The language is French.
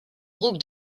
groupe